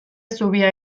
zubia